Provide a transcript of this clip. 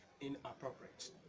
inappropriate